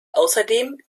außerdem